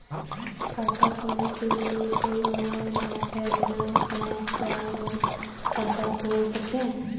खाता खोलने के लिए कोई ऑनलाइन ऐप है बिना बैंक जाये हम खाता खोल सकते हैं?